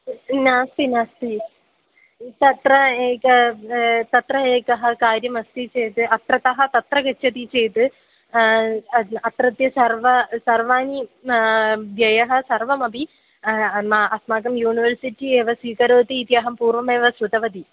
नास्ति नास्ति तत्र एकः तत्र एकः कार्यमस्ति चेत् अत्रतः तत्र गच्छति चेत् अत्रत्य सर्व सर्वाणि व्ययः सर्वमपि मा अस्माकं यूनिवर्सिटि एव स्वीकरोति इति अहं पूर्वमेव श्रुतवती